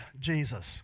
Jesus